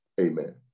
amen